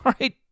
right